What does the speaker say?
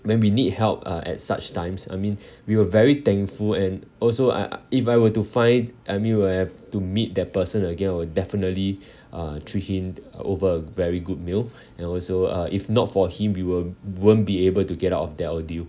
when we need help uh at such times I mean we were very thankful and also uh if I were to find I mean will have to meet that person again I'll definitely uh treat him over a very good meal and also uh if not for him we will won't be able to get out of that ordeal